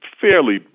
fairly